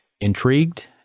intrigued